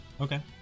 Okay